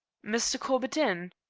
mr. corbett in?